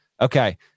Okay